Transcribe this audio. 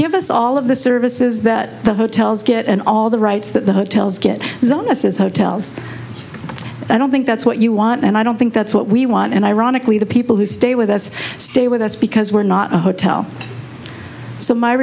give us all of the services that the hotels get and all the rights that the hotels get is on us as hotels i don't think that's what you want and i don't think that's what we want and ironically the people who stay with us stay with us because we're not a hotel s